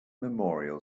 memorial